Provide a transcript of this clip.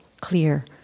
clear